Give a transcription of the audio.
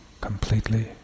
Completely